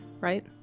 right